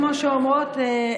כמו שאומרות,